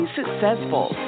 successful